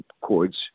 chords